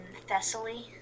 Thessaly